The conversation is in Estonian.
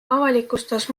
avalikustas